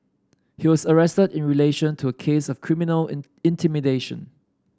he was arrested in relation to a case of criminal in intimidation